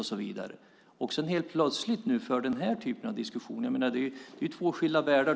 Och nu för han helt plötsligt den här typen av resonemang. Det är ju två skilda världar.